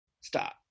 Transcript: stop